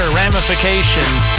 ramifications